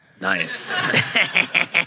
Nice